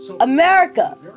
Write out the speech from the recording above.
America